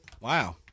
Wow